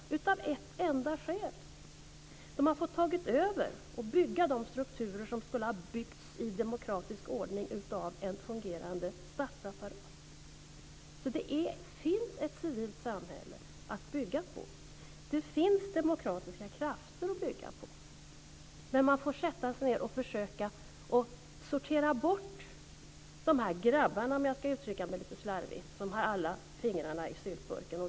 Det är starkt av ett enda skäl: Man har fått ta över och bygga de strukturer som skulle ha byggts i demokratisk ordning av en fungerande statsapparat. Det finns alltså ett civilt samhälle att bygga på, och det finns demokratiska krafter. Man får sätta sig ned och försöka sortera bort de här grabbarna, om jag får uttrycka mig lite slarvigt, som har alla fingrarna i syltburken.